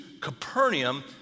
Capernaum